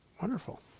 wonderful